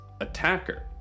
attacker